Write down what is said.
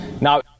Now